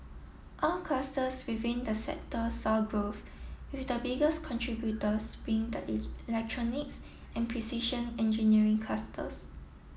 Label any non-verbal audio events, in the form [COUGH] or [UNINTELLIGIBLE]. all clusters within the sector saw growth with the biggest contributors being the [UNINTELLIGIBLE] electronics and precision engineering clusters